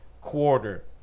quarter